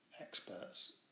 experts